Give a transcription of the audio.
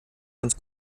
ganz